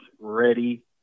ready